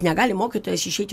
negali mokytojas išeiti